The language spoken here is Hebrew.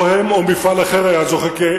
הם או מפעל אחר היה זוכה.